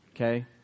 okay